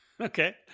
Okay